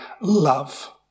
love